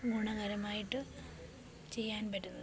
ഗുണകരമായിട്ട് ചെയ്യാൻ പറ്റുന്നത്